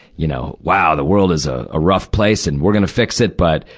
you know, wow, the world is a ah rough place, and we're gonna fix it. but,